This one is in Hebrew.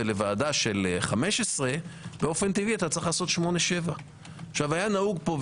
לוועדה של 15 באופן טבעי אתה צריך לעשות 8-7. היה נהוג פה,